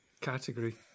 category